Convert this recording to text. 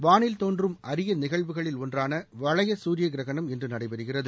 வானில் தோன்றும் அரிய நிகழ்வுகளில் ஒன்றான வளைய சூரிய கிரகணம் இன்று நடைபெறுகிறது